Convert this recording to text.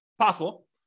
possible